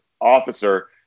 officer